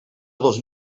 dos